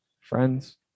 friends